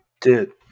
Dude